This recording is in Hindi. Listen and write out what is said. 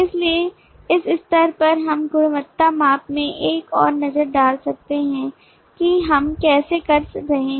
इसलिए इस स्तर पर हम गुणवत्ता माप में एक और नज़र डाल सकते हैं कि हम कैसे कर रहे हैं